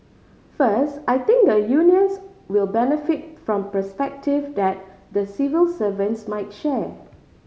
first I think the unions will benefit from perspective that the civil servants might share